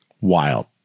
Wild